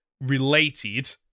related